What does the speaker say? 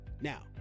Now